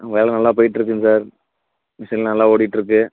ஆ வேலை நல்லா போயிட்டுருக்குங்க சார் மிஷின் நல்லா ஓடிட்டுருக்கு